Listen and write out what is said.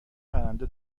پرنده